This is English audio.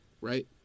right